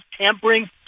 tampering